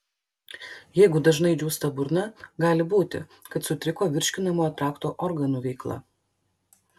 jeigu dažnai džiūsta burna gali būti kad sutriko virškinamojo trakto organų veikla